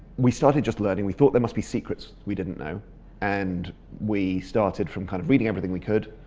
we started just learning. we thought there must be secrets we didn't know and we started from kind of reading everything we could,